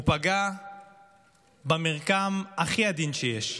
הוא פגע במרקם הכי עדין שיש,